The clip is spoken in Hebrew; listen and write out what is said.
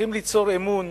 שצריכים ליצור אמון